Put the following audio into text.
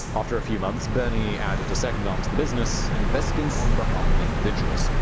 after a few months, bernie added a second arm to the business investing on behalf of individuals.